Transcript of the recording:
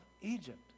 Egypt